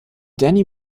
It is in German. danny